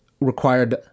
required